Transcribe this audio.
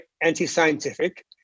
anti-scientific